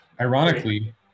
Ironically